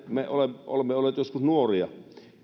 me olemme olemme olleet joskus nuoria